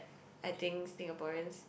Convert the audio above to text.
I think Singaporeans